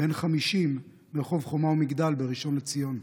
בן 50 ברחוב חומה ומגדל בראשון לציון.